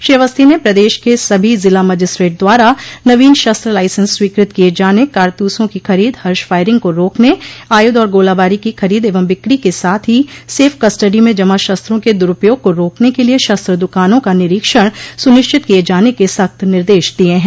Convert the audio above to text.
श्री अवस्थी ने प्रदेश के सभी जिला मजिस्ट्रेट द्वारा नवीन शस्त्र लाइसेंस स्वीकृत किये जाने कारतूसों की खरीद हर्ष फायरिंग को रोकने आयुध और गोलाबारी की खरीद एवं बिक्री के साथ ही सेफ कस्टडी में जमा शस्त्रों के दुरूपयोग को रोकने के लिये शस्त्र दुकानों का निरीक्षण सुनिश्चित किये जाने के सख्त निर्देश दिये हैं